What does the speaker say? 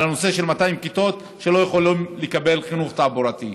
הנושא של 200 הכיתות שלא יכולות לקבל חינוך תעבורתי.